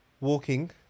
Walking